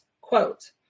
quote